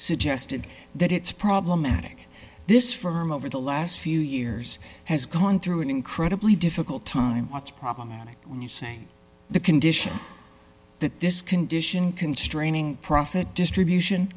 suggested that it's problematic this firm over the last few years has gone through an incredibly difficult time problematic when you say the condition that this condition constraining profit distribution